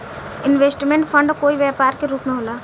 investment fund कोई व्यापार के रूप में होला